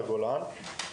לכיוון הגולן.